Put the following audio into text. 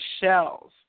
shells